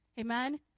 Amen